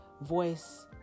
voice